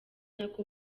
nako